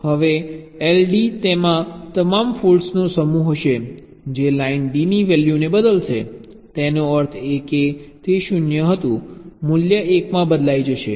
હવે LD તેમાં તમામ ફોલ્ટ્સનો સમૂહ હશે જે લાઇન D ની વેલ્યુને બદલશે તેનો અર્થ એ કે તે 0 હતું મૂલ્ય 1 માં બદલાઈ જશે